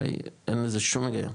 אין לזה שום היגיון.